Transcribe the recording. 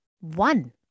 one